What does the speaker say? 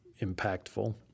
impactful